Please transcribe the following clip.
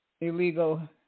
illegal